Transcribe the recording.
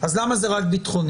אז למה זה רק ביטחוני?